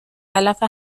علف